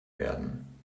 werden